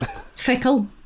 Fickle